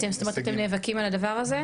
זאת אומרת אתם נאבקים על הדבר הזה?